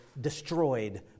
destroyed